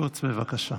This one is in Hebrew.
בבקשה.